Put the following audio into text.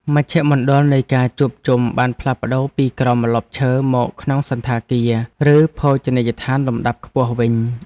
មជ្ឈមណ្ឌលនៃការជួបជុំបានផ្លាស់ប្តូរពីក្រោមម្លប់ឈើមកក្នុងសណ្ឋាគារ ឬភោជនីយដ្ឋានលំដាប់ខ្ពស់វិញ។